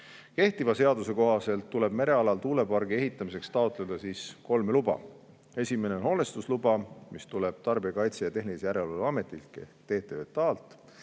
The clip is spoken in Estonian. Kehtiva seaduse kohaselt tuleb merealal tuulepargi ehitamiseks taotleda kolm luba. Esimene on hoonestusluba, mis tuleb Tarbijakaitse ja Tehnilise Järelevalve Ametilt ehk TTJA‑lt.